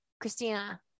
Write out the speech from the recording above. Christina